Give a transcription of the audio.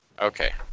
Okay